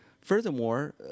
furthermore